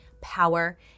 power